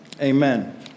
Amen